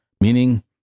meaning